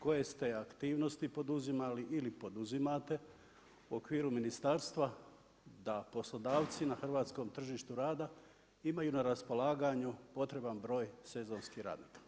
Koje ste aktivnosti poduzimali ili poduzimate u okviru ministarstva, da poslodavci na hrvatskom tržištu rada, imaju na raspolaganju potreban broj sezonskih radnika.